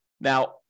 Now